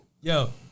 Yo